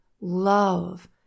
love